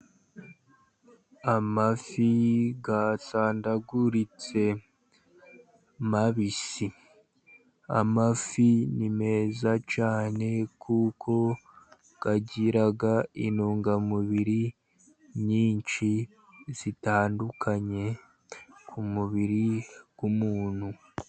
Amafi yasandaguritse mabisi. Amafi ni meza cyane, kuko agira intungamubiri nyinshi zitandukanye, ku mubiri w'umuntu.